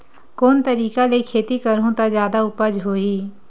कोन तरीका ले खेती करहु त जादा उपज होही?